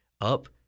up